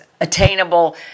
attainable